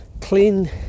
clean